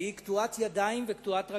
והיא קטועת ידיים וקטועת רגליים.